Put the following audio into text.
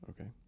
okay